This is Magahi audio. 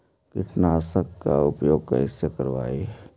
कीटनाशक के उपयोग कैसे करबइ?